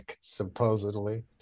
supposedly